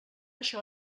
això